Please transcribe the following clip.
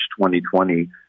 2020